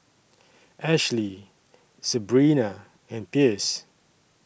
Ashlee Sebrina and Pierce